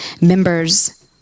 members